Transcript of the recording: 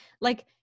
like-